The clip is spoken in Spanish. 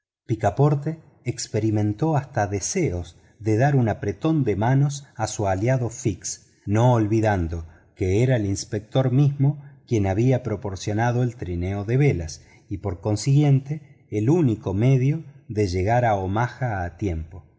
picaporte experimentó hasta deseos de dar un apretón de manos a su aliado fix no olvidando que era el inspector mismo quien había proporcionado el trineo de velas y por consiguiente el único medio de llegar a omaba a tiempo